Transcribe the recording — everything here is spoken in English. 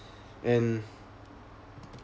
and